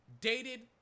dated